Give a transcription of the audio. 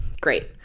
Great